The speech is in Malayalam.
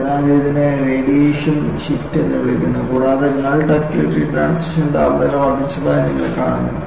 അതിനാൽ ഇതിനെ റേഡിയേഷൻ ഷിഫ്റ്റ് എന്ന് വിളിക്കുന്നു കൂടാതെ നിൾ ഡക്റ്റിലിറ്റി ട്രാൻസിഷൻ താപനില വർദ്ധിച്ചതായി നിങ്ങൾ കാണുന്നു